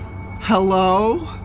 hello